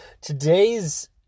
Today's